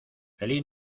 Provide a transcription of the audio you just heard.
feliz